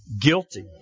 Guilty